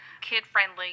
kid-friendly